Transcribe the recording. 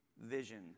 vision